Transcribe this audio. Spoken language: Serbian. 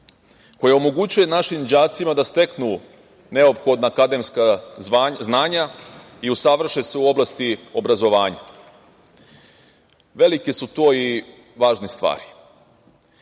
koja omogućuje našim đacima da steknu neophodna akademska znanja i usavrše se u oblasti obrazovanja, velike su to i važne stvari. Da